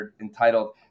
entitled